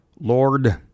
Lord